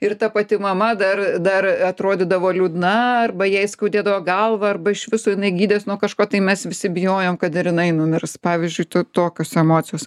ir ta pati mama dar dar atrodydavo liūdna arba jai skaudėdavo galvą arba iš viso jinai gydės nuo kažko tai mes visi bijojom kad ir jinai numirs pavyzdžiui tokios emocijos